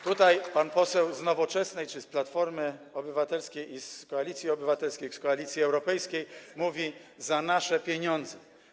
Tutaj pan poseł z Nowoczesnej czy z Platformy Obywatelskiej - Koalicji Obywatelskiej, z Koalicji Europejskiej mówi: za nasze pieniądze.